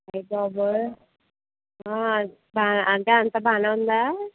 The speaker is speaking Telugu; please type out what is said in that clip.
అయ్య బాబోయ్ ఆ స అంటే అంతా బాగా ఉందా